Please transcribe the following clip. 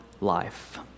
life